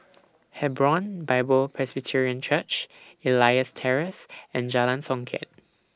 Hebron Bible Presbyterian Church Elias Terrace and Jalan Songket